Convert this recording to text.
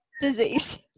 disease